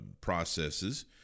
processes